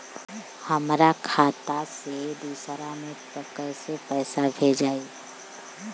हमरा खाता से दूसरा में कैसे पैसा भेजाई?